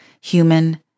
human